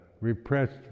repressed